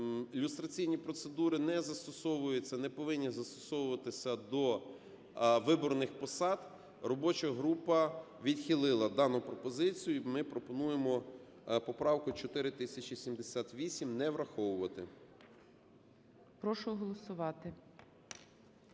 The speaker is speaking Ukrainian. люстраційні процедури не застосовуються, не повинні застосовуватися до виборних посад, робоча група відхилила дану пропозицію. І ми пропонуємо поправку 4078 не враховувати.